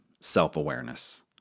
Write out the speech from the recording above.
self-awareness